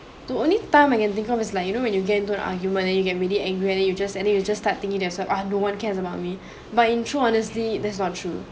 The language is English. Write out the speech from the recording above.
the only time I can think of is like you know when you get into the argument then you get really angry and then you just and then you just start thinking there's ah no one cares about me but in true honestly that's not true